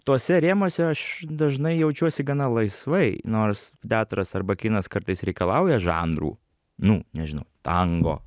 tuose rėmuose aš dažnai jaučiuosi gana laisvai nors teatras arba kinas kartais reikalauja žanrų nu nežinau tango